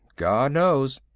god knows.